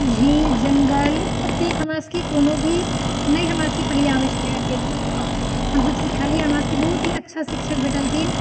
झील जङ्गल एतेक हमरासबके कोनो भी नहि हमरासबके पहले आबै छलै हेँ एतेक बनाबऽ हमसब सिखलिए हमरासबके बहुत ही अच्छा शिक्षक भेटलखिन